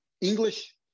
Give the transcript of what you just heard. English